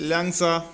ল্যাংচা